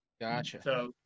Gotcha